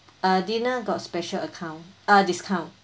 uh dinner got special account uh discount